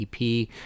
EP